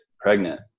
pregnant